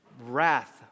wrath